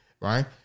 right